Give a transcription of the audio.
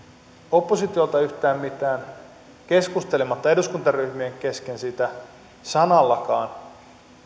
oppositiolta yhtään mitään keskustelematta eduskuntaryhmien kesken siitä sanallakaan